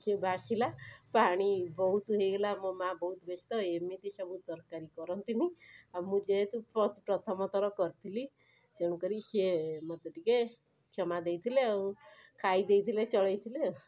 ସେ ଭାସିଲା ପାଣି ବହୁତ ହେଇଗଲା ମୋ ମାଁ ବହୁତ ବ୍ୟସ୍ତ ଏମିତି ସବୁ ତରକାରୀ କରନ୍ତି ନି ଆଉ ମୁଁ ଯେହେତୁ ପ୍ରଥମଥର କରିଥିଲି ତେଣୁକରି ସେ ମୋତେ ଟିକିଏ କ୍ଷମା ଦେଇଥିଲେ ଆଉ ଖାଇଦେଇଥିଲେ ଚଳେଇଥିଲେ